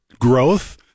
growth